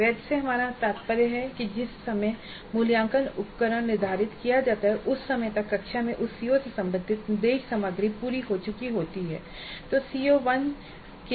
वैध से हमारा तात्पर्य यह है कि जिस समय मूल्यांकन उपकरण निर्धारित किया जाता है उस समय तक कक्षा में उस सीओ से संबंधित निर्देश सामग्री पूरी हो चुकी होती है